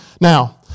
Now